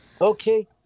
Okay